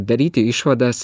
daryti išvadas